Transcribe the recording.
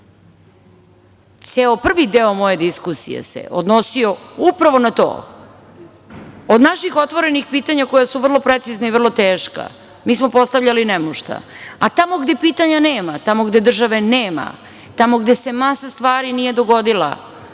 prvi deo moje diskusije se, odnosio upravo na to. Od naših otvorenih pitanja koje su vrlo precizna i vrlo teška, mi smo postavljali nemušta, a tamo gde pitanja nema, gde države nema, tamo gde se masa stvari nije dogodila,